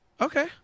okay